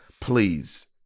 please